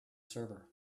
server